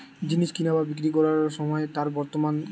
জিনিস কিনা বা বিক্রি কোরবার সময় তার বর্তমান যে দাম